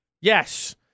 yes